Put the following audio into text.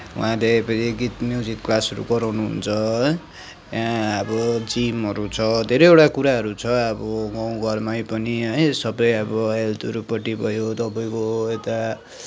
उहाँले फेरी गीत म्युजिक क्लासहरू गराउनुहुन्छ है त्यहाँ अब जिमहरू छ धेरैवटा कुराहरू छ अब गाउँ घरमै पनि है सबै अब हेल्थहरूपट्टि भयो तपाईँको यता